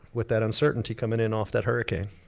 with that uncertainty coming in off that hurricane.